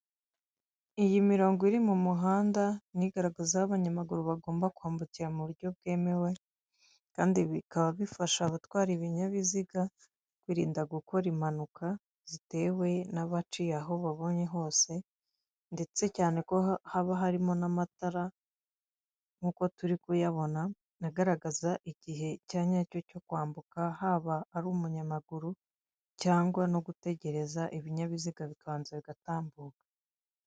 Iyi mirongo iri mu muhanda ni igaragaza aho abanyamaguru bagomba kwambukira mu buryo bwemewe kandi bikaba bifasha abatwara ibinyabiziga, kwirinda gukora impanuka zitewe n'abaciye aho babonye hose ndetse cyane ko haba harimo n'amatara nk'uko turi kuyabona agaragaza igihe cya nyacyo cyo kwambuka, haba ari umunyamaguru cyangwa no gutegereza ibinyabiziga bikabanza bigatambuka.